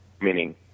meaning